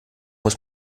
muss